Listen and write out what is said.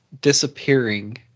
disappearing